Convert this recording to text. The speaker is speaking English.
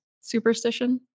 superstition